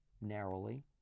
narrowly